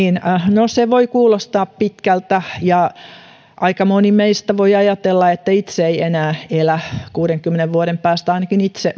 no se voi kuulostaa pitkältä ja aika moni meistä voi ajatella että itse ei enää elä kuudenkymmenen vuoden päästä ainakin itse